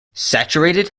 saturated